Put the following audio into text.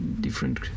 different